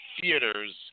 theaters